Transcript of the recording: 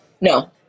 No